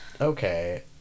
okay